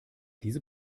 diese